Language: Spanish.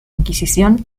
inquisición